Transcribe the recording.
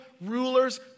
rulers